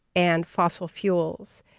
and fossil fuels,